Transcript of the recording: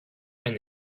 and